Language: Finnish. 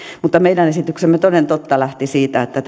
mutta meidän esityksemme toden totta lähti siitä että